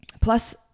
plus